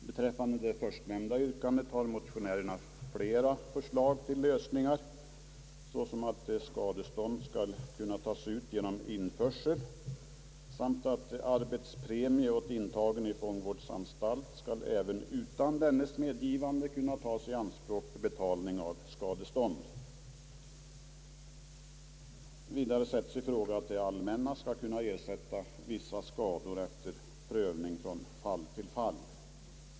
Beträffande det förstnämnda yrkandet har motionärerna flera förslag till lösningar, såsom att skadestånd skall kunnas tas ut genom införsel samt att arbetspremie åt intagen i fångvårdsanstalt även utan dennes medgivande skall kunna tas i anspråk för betalning av skadestånd. Vidare sätts i fråga att det allmänna skall kunna ersätta vissa skador efter prövning från fall till fall.